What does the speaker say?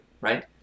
right